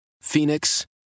Phoenix